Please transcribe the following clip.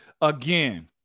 again